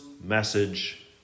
message